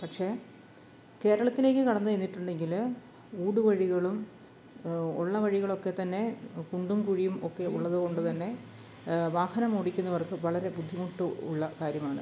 പക്ഷെ കേരളത്തിലേക്ക് കടന്നു ചെന്നിട്ടുണ്ടെങ്കിൽ ഊടു വഴികളും ഉള്ള വഴികളൊക്കെ തന്നെ കുണ്ടും കുഴിയും ഒക്കെ ഉള്ളത് കൊണ്ട് തന്നെ വാഹനം ഓടിക്കുന്നവർക്ക് വളരെ ബുദ്ധിമുട്ടുള്ള കാര്യമാണ്